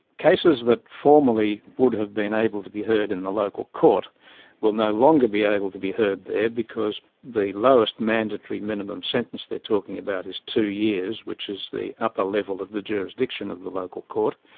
cases that formerly would have been able to be heard in the local court will no longer be able to be heard there because the lowest mandatory minimum sentence they are talking about is two years, which is the upper level of the jurisdiction of the local court.